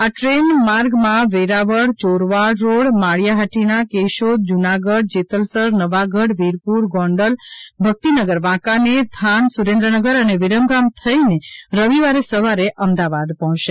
આ ટ્રેન માર્ગમાં વેરાવળ ચોરવાડ રોડ માળીયા હાટીના કેશોદ જુનાગઢ જેતલસર નવાગઢ વિરપુર ગોંડલ ભક્તિનગર વાંકાનેર થાન સુરેન્દ્રનગર અને વિરમગામ થઈને રવિવારે સવારે અમદાવાદ પહોંચશે